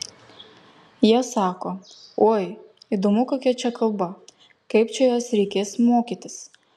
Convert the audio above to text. jie sako oi įdomu kokia čia kalba kaip čia jos reikės mokytis